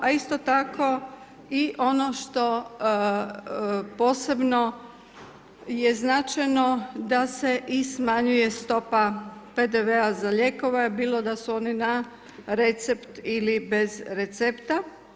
A isto tako i ono što posebno je značajno da se i smanjuje stopa PDV-a za lijekove, bilo da su oni na recept ili bez recepta.